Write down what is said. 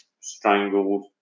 strangled